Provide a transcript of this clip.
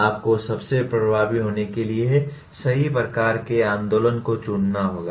आपको सबसे प्रभावी होने के लिए सही प्रकार के आंदोलन को चुनना होगा